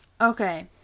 okay